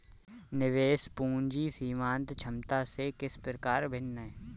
निवेश पूंजी सीमांत क्षमता से किस प्रकार भिन्न है?